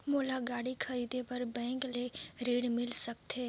मोला गाड़ी खरीदे बार बैंक ले ऋण मिल सकथे?